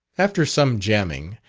after some jamming,